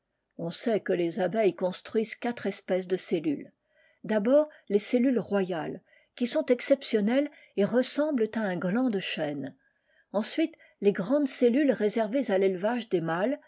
on sait que les abeilles construisent quatre espèces de cellules d'abord les cellules royales qui sont exceptionnelles et ressemblent à un gland de chêne ensuite les grandes cellules réservées à l'élevage des mâles